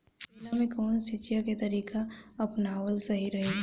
केला में कवन सिचीया के तरिका अपनावल सही रही?